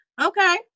Okay